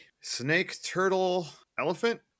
snake-turtle-elephant